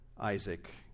Isaac